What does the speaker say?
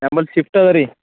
ನಮ್ಮಲ್ಲಿ ಶಿಫ್ಟ್ ಅದ ರೀ